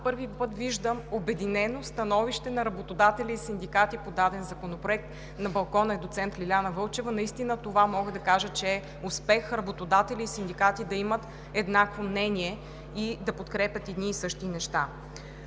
първи път виждам обединено становище на работодатели и синдикати по даден законопроект. На балкона е доцент Лиляна Вълчева и наистина мога да кажа, че това е успех – работодатели и синдикати да имат еднакво мнение, да подкрепят едни и същи неща.